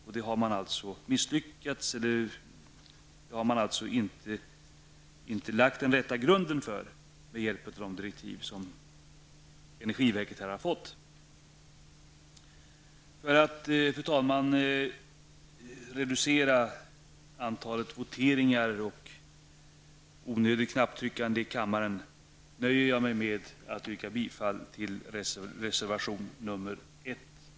Men man har alltså inte lagt den rätta grunden för ett sådant tillvägagångssätt, med tanke på de direktiv som energiverket här har fått. Fru talman! För att reducera antalet voteringar och för att det inte skall bli onödigt mycket knapptryckande i kammaren nöjer jag mig med att yrka bifall till reservation nr 1.